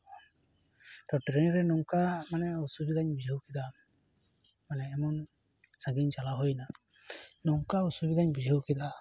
ᱟᱪᱪᱷᱟ ᱴᱨᱮᱱ ᱨᱮ ᱱᱚᱝᱠᱟ ᱢᱟᱱᱮ ᱚᱥᱩᱵᱤᱫᱷᱟᱧ ᱵᱩᱡᱷᱟᱹᱣ ᱠᱮᱫᱟ ᱢᱟᱱᱮ ᱮᱢᱚᱱ ᱥᱟᱺᱜᱤᱧ ᱪᱟᱞᱟᱣ ᱦᱩᱭᱱᱟ ᱱᱚᱝᱠᱟ ᱚᱥᱩᱵᱤᱫᱟᱧ ᱵᱩᱡᱷᱟᱹᱣ ᱠᱮᱫᱟ